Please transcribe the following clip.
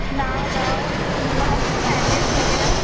नाव गाव ए ऍड्रेस वगैरे